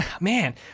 man